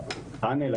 הפאנל,